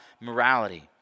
morality